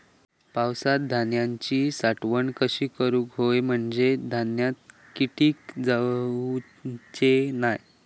पावसात धान्यांची साठवण कशी करूक होई म्हंजे धान्यात कीटक जाउचे नाय?